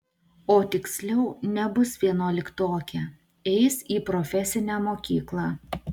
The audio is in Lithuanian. o tiksliau nebus vienuoliktokė eis į profesinę mokyklą